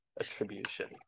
attribution